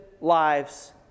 lives